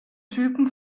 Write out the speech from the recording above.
typen